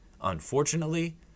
Unfortunately